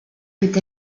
peut